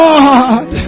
God